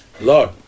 Lord